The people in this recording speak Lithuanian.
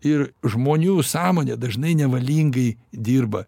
ir žmonių sąmonė dažnai nevalingai dirba